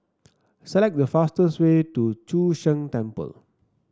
select the fastest way to Chu Sheng Temple